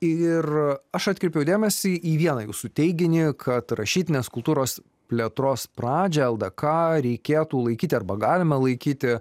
ir aš atkreipiau dėmesį į vieną jūsų teiginį kad rašytinės kultūros plėtros pradžią ldk ką reikėtų laikyti arba galima laikyti